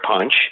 punch